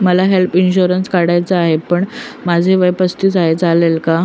मला health insurance काढायचा आहे पण माझे वय पस्तीस आहे, चालेल का?